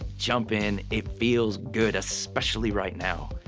jump in. it feels good, especially right now,